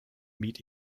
meat